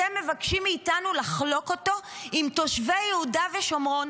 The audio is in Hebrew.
אתם מבקשים מאיתנו לחלוק עם תושבי יהודה ושומרון,